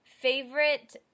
favorite